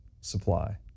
supply